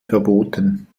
verboten